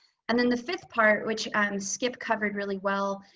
and then the fifth part, which skip covered really well,